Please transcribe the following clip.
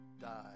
die